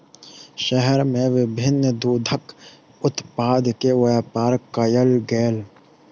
शहर में विभिन्न दूधक उत्पाद के व्यापार कयल गेल